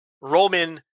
Roman